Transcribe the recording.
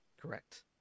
correct